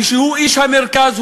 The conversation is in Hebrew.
והוא איש המרכז,